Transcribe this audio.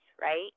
right